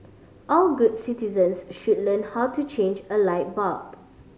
all good citizens should learn how to change a light bulb